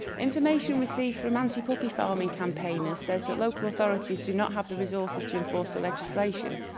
information received from anti-puppy farming campaigners says that local authorities do not have the resources to enforce the legislation.